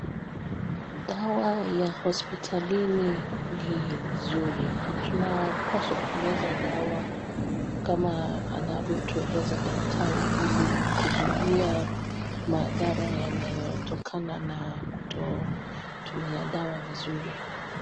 Dawa ya hospitalini ni nzuri tunapaswa kumeza dawa kama anavyo tueleza daktari ili kuzuia maadhara yanayotokana na kutotumia dawa vizuri.